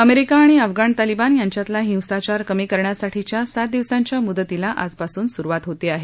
America आणि Afghan Taliban यांच्यातला हिंसाचार कमी करण्यासाठीच्या सात दिवसांच्या मुदतीला आजपासून सुरूवात होते आहे